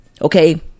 okay